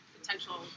potential